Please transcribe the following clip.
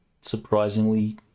surprisingly